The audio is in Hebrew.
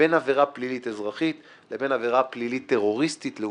בין עבירה פלילית אזרחית לבין עבירה פלילית טרוריסטית-לאומנית,